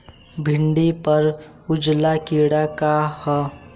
भिंडी पर उजला कीड़ा का है?